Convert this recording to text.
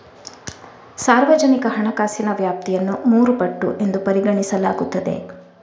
ಸಾರ್ವಜನಿಕ ಹಣಕಾಸಿನ ವ್ಯಾಪ್ತಿಯನ್ನು ಮೂರು ಪಟ್ಟು ಎಂದು ಪರಿಗಣಿಸಲಾಗುತ್ತದೆ